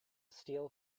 steel